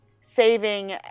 saving